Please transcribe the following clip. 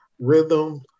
rhythm